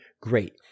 great